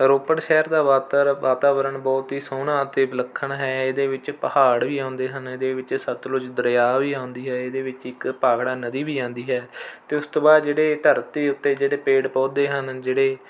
ਰੋਪੜ ਸ਼ਹਿਰ ਦਾ ਵਾਤਰ ਵਾਤਾਵਰਣ ਬਹੁਤ ਹੀ ਸੋਹਣਾ ਅਤੇ ਵਿਲੱਖਣ ਹੈ ਇਹਦੇ ਵਿੱਚ ਪਹਾੜ ਵੀ ਆਉਂਦੇ ਹਨ ਇਹਦੇ ਵਿੱਚ ਸਤਲੁਜ ਦਰਿਆ ਵੀ ਆਉਂਦੀ ਹੈ ਇਹਦੇ ਵਿੱਚ ਇੱਕ ਭਾਖੜ੍ਹਾ ਨਦੀ ਵੀ ਆਉਂਦੀ ਹੈ ਅਤੇ ਉਸ ਤੋਂ ਬਾਅਦ ਜਿਹੜੇ ਧਰਤੀ ਉੱਤੇ ਜਿਹੜੇ ਪੇੜ੍ਹ ਪੌਦੇ ਹਨ ਜਿਹੜੇ